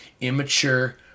immature